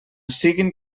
siguin